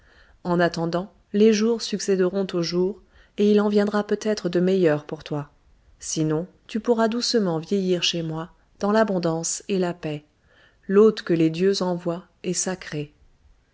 en attendant les jours succéderont aux jours et il en viendra peut-être de meilleurs pour toi sinon tu pourras doucement vieillir chez moi dans l'abondance et la paix l'hôte que les dieux envoient est sacré